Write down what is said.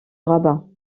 rabat